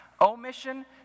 omission